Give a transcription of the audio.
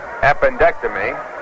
appendectomy